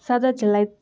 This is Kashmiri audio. سَداہ جُلَے